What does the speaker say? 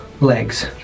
legs